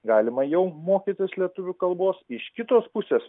galima jau mokytis lietuvių kalbos iš kitos pusės